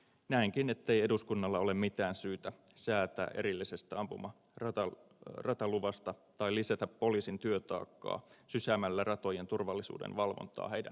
näenkin ettei eduskunnalla ole mitään syytä säätää erillisestä ampumarataluvasta tai lisätä poliisin työtaakkaa sysäämällä ratojen turvallisuuden valvontaa heidän harteilleen